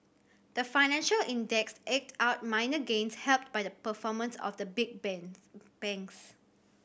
the financial index eked out minor gains helped by the performance of the big bans banks